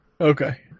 Okay